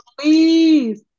Please